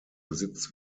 besitzt